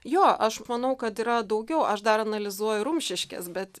jo aš manau kad yra daugiau aš dar analizuoju rumšiškes bet